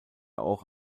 auch